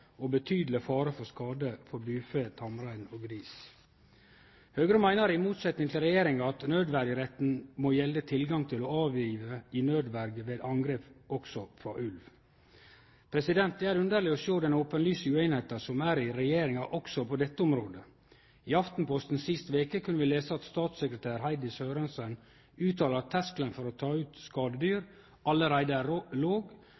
og betydeleg fare for skade på bufe, tamrein og gris. Høgre meiner, i motsetning til regjeringa, at nødverjeretten må gjelde tilgang til å avlive i nødverje ved angrep også frå ulv. Det er underleg å sjå den openlyse usemja som er i regjeringa også på dette området. I Aftenposten sist veke kunne vi lese at statssekretær Heidi Sørensen uttaler at terskelen for å ta ut skadedyr allereie er låg,